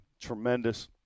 tremendous